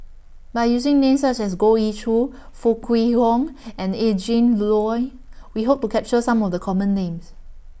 By using Names such as Goh Ee Choo Foo Kwee Horng and Adrin Loi We Hope to capture Some of The Common Names